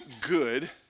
good